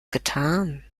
getan